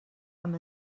amb